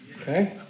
Okay